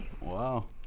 Wow